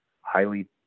highly